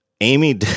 Amy